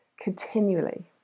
continually